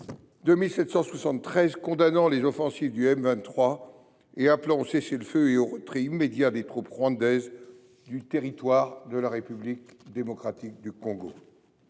2773 condamnant les offensives du M23 et appelant au cessez le feu et au retrait immédiat des troupes rwandaises du territoire de la République démocratique du Congo.